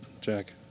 Jack